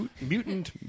mutant